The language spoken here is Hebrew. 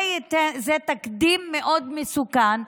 זה תקדים מאוד מסוכן,